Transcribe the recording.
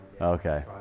Okay